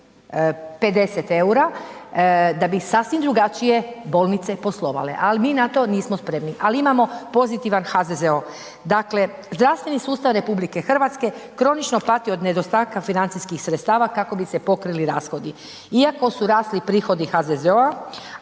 50 eura, da bi sasvim drugačije bolnice poslovale ali mi na to nismo spremni ali imamo pozitivan HZZO. Dakle, zdravstveni sustav RH kronično pati od nedostataka financijskih sredstava kako bi se pokrili rashodi. Iako su rasli prihodi HZZO-a,